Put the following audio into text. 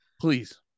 Please